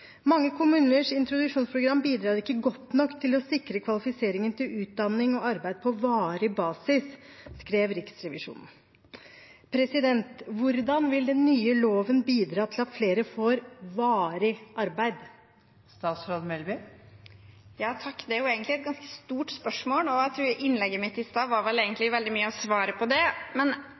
Mange kommuners introduksjonsprogram bidrar ikke godt nok til å sikre kvalifisering til utdanning og arbeid på varig basis, skrev Riksrevisjonen. Hvordan vil den nye loven bidra til at flere får varig arbeid? Det er egentlig et ganske stort spørsmål. Jeg tror innlegget mitt i stad ga svar på veldig mye av det. Det er i hovedsak to ting vi gjør nå, som jeg mener det er riktig og viktig å